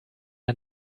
der